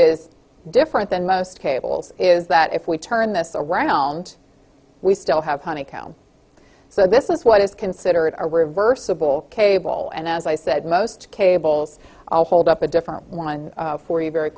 is different than most cables is that if we turn this around we still have honeycomb so this is what is considered a reversible cable and as i said most cables hold up a different one for you very